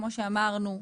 כמו שאמרנו,